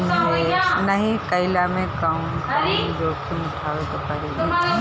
निवेस कईला मे कउन कउन जोखिम उठावे के परि?